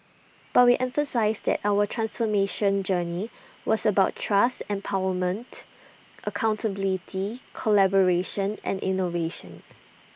but we emphasised that our transformation journey was about trust empowerment accountability collaboration and innovation